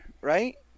right